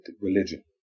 religion